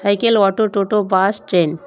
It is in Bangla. সাইকেল অটো টোটো বাস ট্রেন